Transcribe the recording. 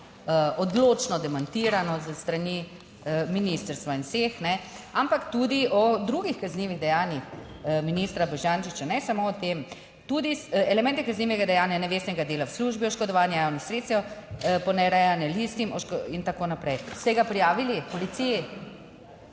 odločno demantirano s strani ministrstva in vseh, ampak tudi o drugih kaznivih dejanjih ministra Boštjančiča, ne samo o tem, tudi elemente kaznivega dejanja nevestnega dela v službi, oškodovanja javnih sredstev, ponarejanja listin in tako naprej. Ste ga prijavili policiji?